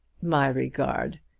my regard!